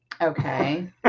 Okay